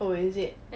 oh is it